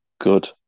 good